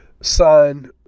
sign